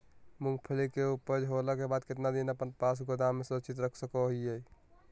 मूंगफली के ऊपज होला के बाद कितना दिन अपना पास गोदाम में सुरक्षित रख सको हीयय?